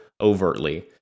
overtly